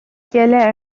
گلر